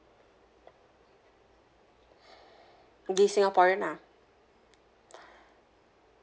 give singaporean lah